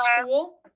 school